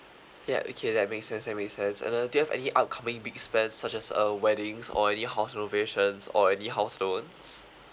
yup okay that makes sense that makes sense and then do you have any upcoming big spend such as uh weddings or any house renovations or any house loans